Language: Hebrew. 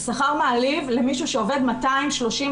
זה שכר מעליב למישהו שעובד 230,